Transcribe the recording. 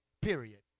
period